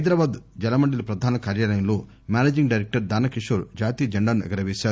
హైదరాబాదు జలమండలీ ప్రధాన కార్యాలయంలో మేనేజింగ్ డైరెక్టర్ దానకిషోర్ జాతీయ జెండాను ఎగురవేశారు